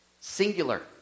Singular